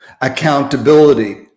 accountability